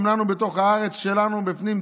גם לנו בתוך הארץ שלנו בפנים,